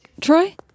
Troy